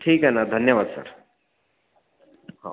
ठीक आहे नं धन्यवाद सर हो